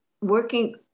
working